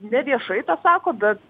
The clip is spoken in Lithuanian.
ne viešai tą sako bet